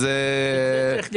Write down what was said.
את זה צריך לגדוע.